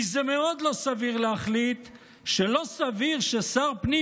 כי זה מאוד לא סביר להחליט שלא סביר ששר הפנים